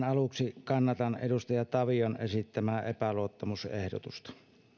aluksi kannatan edustaja tavion esittämää epäluottamusehdotusta